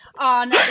on